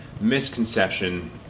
misconception